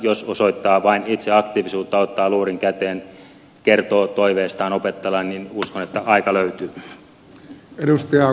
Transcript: jos osoittaa vain itse aktiivisuutta ottaa luurin käteen kertoo toiveistaan opettajalle niin uskon että aika löytyy